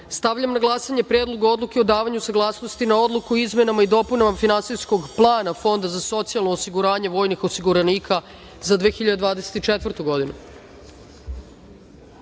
odluke. Stavljam na glasanje Predlog odluke o davanju saglasnosti na Odluku o izmenama i dopunama Finansijskog plana Fonda za socijalno osiguranje vojnih osiguranika za 2024.